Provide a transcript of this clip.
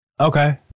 okay